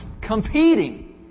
competing